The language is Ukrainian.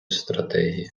стратегії